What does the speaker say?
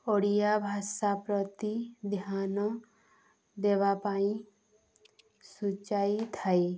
ଓଡ଼ିଆ ଭାଷା ପ୍ରତି ଧ୍ୟାନ ଦେବା ପାଇଁ ସୂଚାଇଥାଏ